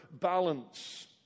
balance